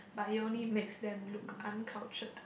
but it only makes them look uncultured